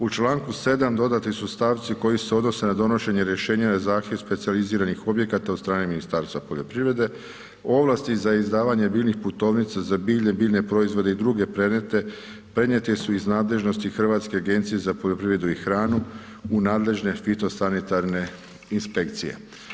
U Članku 7. dodani su stavci koji se odnose na donošenje rješenja na zahtjev specijaliziranih objekata od strane Ministarstva poljoprivrede, ovlasti za izdavanje biljnih putovnica za bilje, biljne proizvode i druge predmete prenijete su iz nadležnosti Hrvatske agencija za poljoprivredu i hranu u nadležna fitosanitarne inspekcije.